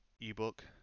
ebook